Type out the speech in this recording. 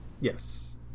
Yes